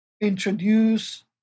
introduce